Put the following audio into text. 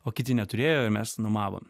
o kiti neturėjo ir mes nuomavom